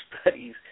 studies